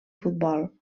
futbol